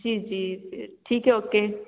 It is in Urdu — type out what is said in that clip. جی جی ٹھیک ہے اوکے